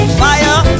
fire